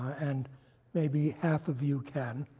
and maybe half of you can,